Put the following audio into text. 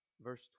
verse